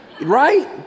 Right